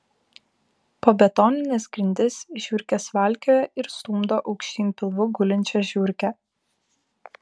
po betonines grindis žiurkės valkioja ir stumdo aukštyn pilvu gulinčią žiurkę